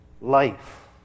life